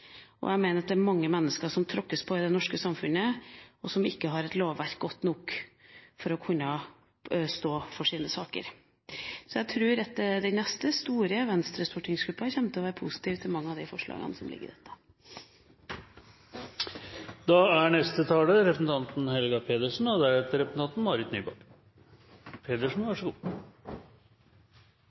og jeg mener at det er mange mennesker som tråkkes på i det norske samfunnet, og som ikke har et lovverk som er godt nok for å kunne stå for sine saker. Så jeg tror at den neste – store – Venstre-stortingsgruppa kommer til å være positiv til mange av de forslagene som ligger i dette. Jeg ønsker å si noen ord om forslagene 16, 32 og